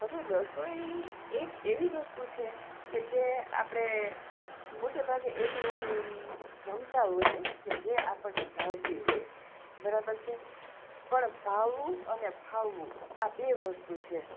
હવે રસોઈ એક એવી વસ્તુ છે કે જે આપણે મોટે ભાગે એવી રસોઈ જમતા હોઈએ કે જે આપણને ભાવતી હોય બરાબર છે પણ ભાવવું અને ફાવવું આ બે વસ્તુ છે